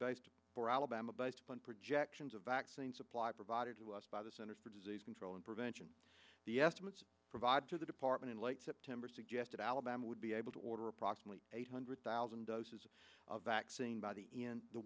based for alabama based on projections of vaccine supply provided to us by the centers for disease control and prevention the estimates provided to the department in late september suggested alabama would be able to order approximately eight hundred thousand doses of vaccine b